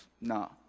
no